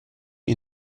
you